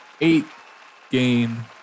eight-game